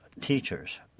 teachers